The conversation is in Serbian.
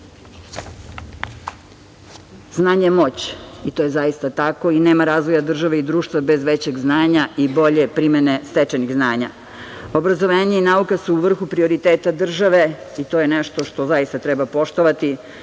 je moć. I to je zaista tako. Nema razvoja države i društva bez većeg znanja i bolje primene stečenih znanja. Obrazovanje i nauka su u vrhu prioriteta države i to je nešto što zaista treba poštovati.